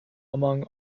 among